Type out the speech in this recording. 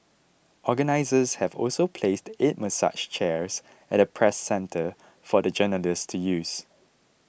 organisers have also placed eight massage chairs at the Press Centre for the journalists to use